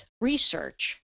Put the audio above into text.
research